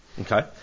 Okay